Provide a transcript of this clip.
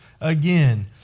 again